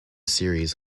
series